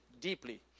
deeply